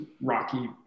Rocky